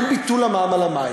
אין ביטול המע"מ על המים.